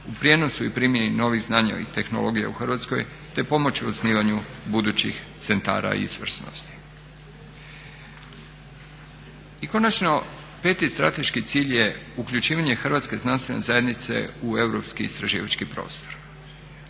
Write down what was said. u prijenosu i primjeni novih znanja i tehnologija u Hrvatskoj te pomoć u osnivanju budućih centara izvrsnosti. I konačno peti strateški cilj je uključivanje hrvatske znanstvene zajednice u europski istraživački prostor.